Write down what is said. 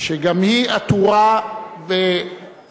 שגם היא עטורה בסמלי,